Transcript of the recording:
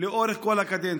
לאורך כל הקדנציה.